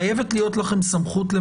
חייבת להיות לכם סמכות.